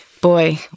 Boy